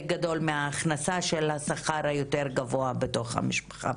גדול מההכנסה של השכר היותר גבוה בתוך המשפחה.